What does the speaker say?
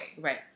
Right